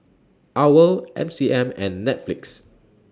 OWL M C M and Netflix